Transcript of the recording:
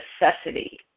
necessity